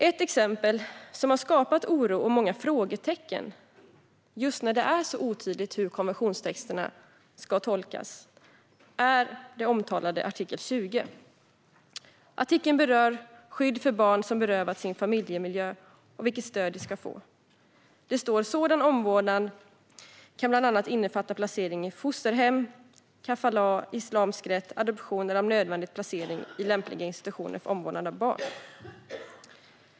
Ett exempel som har skapat oro och många frågetecken just när det gäller att det är otydligt hur barnkonventionen ska tolkas är den omtalade artikel 20. Artikeln berör skydd för barn som berövats sin familjemiljö och vilket stöd de ska få. Det står: "Sådan omvårdnad kan bl a innefatta placering i fosterhem, kafalah i islamsk rätt, adoption eller om nödvändigt, placering i lämpliga institutioner för omvårdnad om barn."